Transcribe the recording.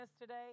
today